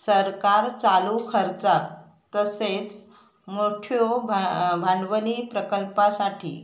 सरकार चालू खर्चाक तसेच मोठयो भांडवली प्रकल्पांसाठी